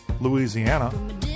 Louisiana